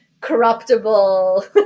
corruptible